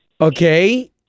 Okay